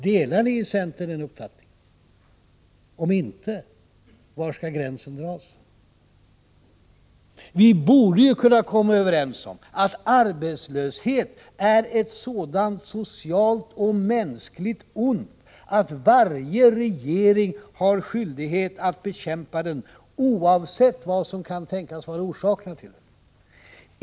Delar ni i centern den uppfattningen? Om inte, var skall gränsen dras? Vi borde kunna komma överens om att arbetslöshet är ett sådant socialt och mänskligt ont att varje regering har skyldighet att bekämpa den oavsett vad som kan tänkas vara orsakerna till den.